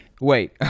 Wait